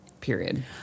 Period